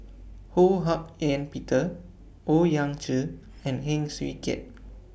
Ho Hak Ean Peter Owyang Chi and Heng Swee Keat